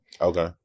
Okay